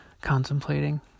contemplating